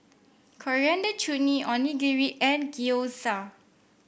Coriander Chutney Onigiri and Gyoza